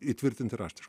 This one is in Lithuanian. įtvirtinti raštiškai